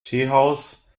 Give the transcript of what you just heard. teehaus